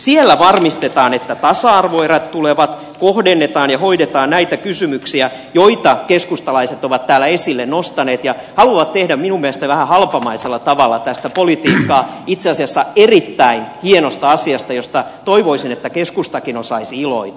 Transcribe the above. siellä varmistetaan että tasa arvoerät tulevat kohdennetaan ja hoidetaan näitä kysymyksiä joita keskustalaiset ovat täällä esille nostaneet ja haluavat tehdä minun mielestäni vähän halpamaisella tavalla politiikkaa tästä itse asiassa erittäin hienosta asiasta josta toivoisin että keskustakin osaisi iloita